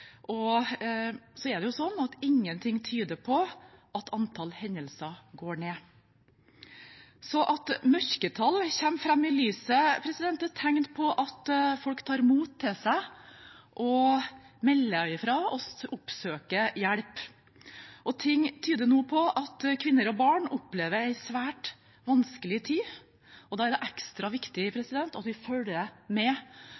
antall hendelser går ned. At mørketall kommer fram i lyset, er et tegn på at folk tar mot til seg, melder fra og oppsøker hjelp. Ting tyder nå på at kvinner og barn opplever en svært vanskelig tid, og da er det ekstra viktig at vi følger med